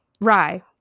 rye